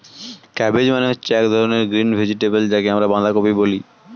cabbage মানে হচ্ছে এক ধরনের গ্রিন ভেজিটেবল যাকে আমরা বাঁধাকপি বলি